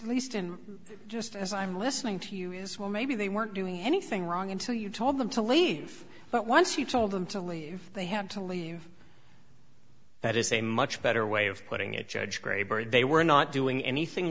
the least and just as i'm listening to you is well maybe they weren't doing anything wrong until you told them to leave but once you told them to leave they had to leave that is a much better way of putting it judge graber they were not doing anything